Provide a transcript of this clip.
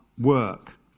work